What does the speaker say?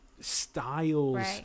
styles